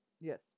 Yes